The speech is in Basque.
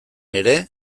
ere